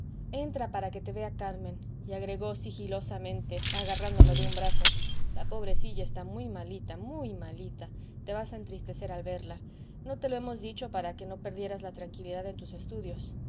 entra para que te vea carmen y agregó sigilosamente agarrándome de un brazo la pobrecilla está muy malita muy malita te vas a entristecer al verla no te lo hemos dicho para que no perdieras la tranquilidad en tus estudios